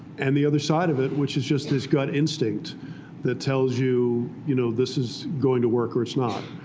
and the other side of it, which is just this gut instinct that tells you you know this is going to work or it's not.